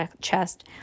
chest